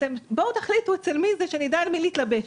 בואו תחליטו אצל מי זה שנדע על מי להתלבש.